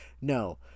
No